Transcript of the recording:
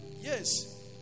Yes